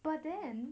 but then